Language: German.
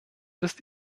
ist